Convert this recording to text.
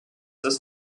ist